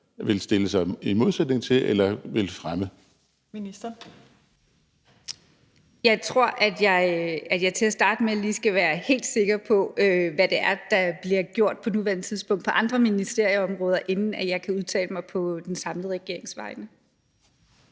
Kulturministeren (Joy Mogensen): Jeg tror, at jeg til at starte med lige skal være helt sikker på, hvad der bliver gjort på nuværende tidspunkt på andre ministerieområder, inden jeg kan udtale mig på den samlede regerings